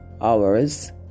hours